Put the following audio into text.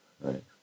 right